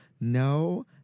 no